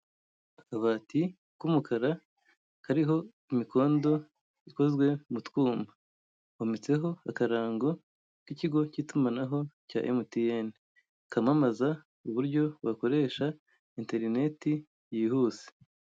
Akabati k'umukara kariho imikondo ikozwe mu twuma, hometseho akarango k'ikigo cy'itumanaho cya MTN, kamamaza uburyo bakoresha interineti yihuse.